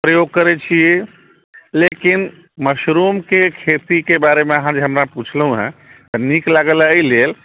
प्रयोग करै छी लेकिन मशरूमके खेतीके बारेमे अहाँ जे हमरा पुछलहुँ हँ नीक लागल एहि लेल